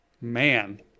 man